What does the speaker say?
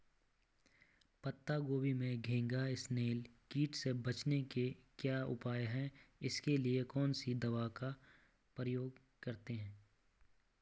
पत्ता गोभी में घैंघा इसनैल कीट से बचने के क्या उपाय हैं इसके लिए कौन सी दवा का प्रयोग करते हैं?